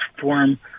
form